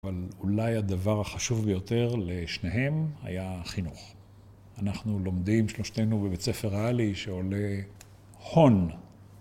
אבל אולי הדבר החשוב ביותר לשניהם היה חינוך. אנחנו לומדים שלושתנו בבית ספר ריאלי שעולה הון.